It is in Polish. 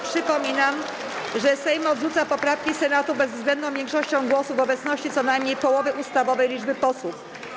Przypominam, że Sejm odrzuca poprawki Senatu bezwzględną większością głosów w obecności co najmniej połowy ustawowej liczby posłów.